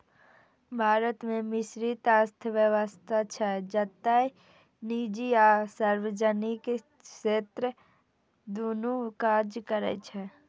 भारत मे मिश्रित अर्थव्यवस्था छै, जतय निजी आ सार्वजनिक क्षेत्र दुनू काज करै छै